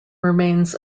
remains